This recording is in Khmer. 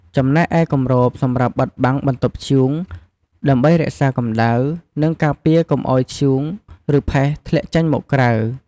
ចំណែកឯ គម្រប សម្រាប់បិទបាំងបន្ទប់ធ្យូង ដើម្បីរក្សាកម្ដៅ និងការពារកុំឲ្យធ្យូង ឬផេះធ្លាក់ចេញមកក្រៅ។